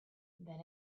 then